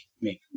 make